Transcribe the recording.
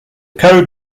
code